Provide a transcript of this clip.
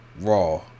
Raw